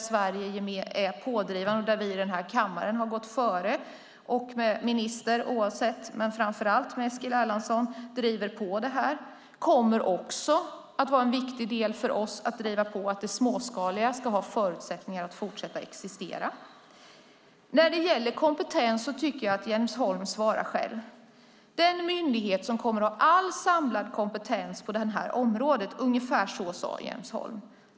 Sverige är pådrivande. Vi här i kammaren har gått före och minister Eskil Erlandsson driver på för att det småskaliga ska ha förutsättningar att fortsätta existera. När det gäller frågan om kompetens tycker jag att Jens Holm svarar själv. Den myndighet som kommer att ha all samlad kompetens på det här området - ungefär så sade Jens Holm.